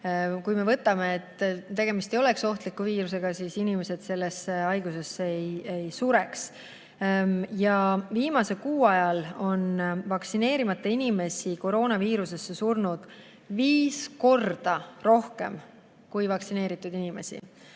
Kui tegemist ei oleks ohtliku viirusega, siis inimesed sellesse haigusesse ei sureks. Ja viimase kuu jooksul on vaktsineerimata inimesi koroonaviirusesse surnud viis korda rohkem kui vaktsineeritud inimesi.